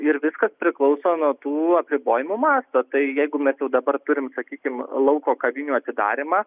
ir viskas priklauso nuo tų apribojimų masto tai jeigu mes jau dabar turim sakykim lauko kavinių atidarymą